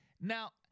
Now